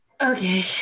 Okay